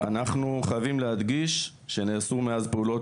אנחנו חייבים להדגיש שנעשו מאז פעולות